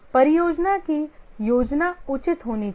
परियोजना की योजना उचित होनी चाहिए